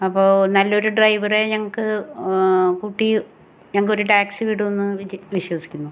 അപ്പോൾ നല്ലൊരു ഡ്രൈവറെ ഞങ്ങൾക്ക് കൂട്ടി ഞങ്ങൾക്കൊരു ടാക്സി വിടോന്ന് വിജ് വിശ്വസിക്കുന്നു